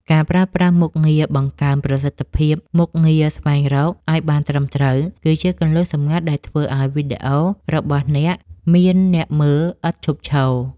ការប្រើប្រាស់ មុខងារការបង្កើនប្រសិទ្ធភាពមុខងារស្វែងរកឱ្យបានត្រឹមត្រូវ គឺជាគន្លឹះសម្ងាត់ដែលធ្វើឱ្យវីដេអូរបស់អ្នកមានអ្នកមើលឥតឈប់ឈរ។